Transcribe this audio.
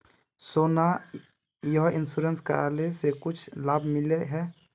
सोना यह इंश्योरेंस करेला से कुछ लाभ मिले है?